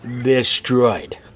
destroyed